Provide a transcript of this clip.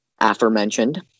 aforementioned